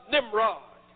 Nimrod